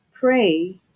Pray